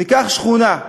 ניקח שכונה,